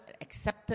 accepted